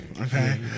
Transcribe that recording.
Okay